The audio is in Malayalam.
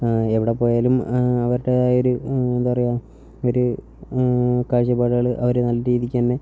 എവിടെപ്പോയാലും അവരുടേതായൊരു എന്താ പറയുക ഒരു കാഴ്ച്ചപ്പാടുകൾ അവർ നല്ല രീതിക്കുതന്നെ